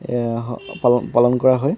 পালন পালন কৰা হয়